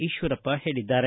ಈಶ್ವರಪ್ಪ ಹೇಳಿದ್ದಾರೆ